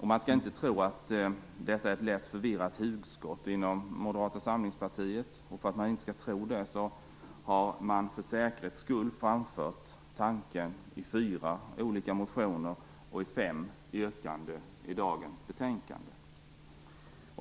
Man skall inte tro att detta är ett lätt förvirrat hugskott inom Moderata samlingspartiet. För att man inte skall tro det har moderaterna för säkerhets skull framfört tanken i fyra olika motioner och i fem yrkanden i dagens betänkande.